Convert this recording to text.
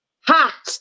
hot